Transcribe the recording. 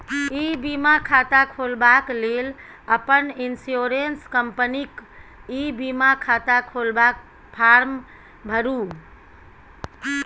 इ बीमा खाता खोलबाक लेल अपन इन्स्योरेन्स कंपनीक ई बीमा खाता खोलबाक फार्म भरु